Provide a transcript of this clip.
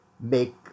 make